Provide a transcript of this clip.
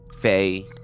Faye